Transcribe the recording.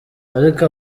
ariko